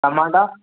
टमाटा